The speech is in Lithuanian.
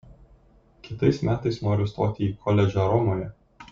kitais metais noriu stoti į koledžą romoje